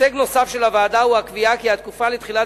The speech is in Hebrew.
הישג נוסף של הוועדה הוא הקביעה כי התקופה לתחילת